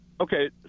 Okay